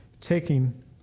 taking